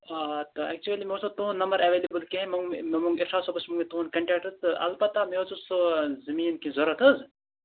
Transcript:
آ تہٕ اٮ۪کچِولی مےٚ اوس نہٕ تُہُنٛد نمبر اٮ۪ویلیبٕل کینٛہہ مےٚ مونٛگ مےٚ مونٛگ عرفان صٲبس مونٛگ مےٚ تُہنٛد کنٹیکٹ تہٕ البتہ مےٚ حظ اوس سُہ زمیٖن کینٛہہ ضوٚرتھ حظ